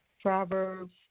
Proverbs